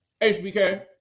HBK